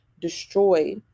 destroy